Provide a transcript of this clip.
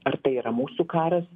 ar tai yra mūsų karas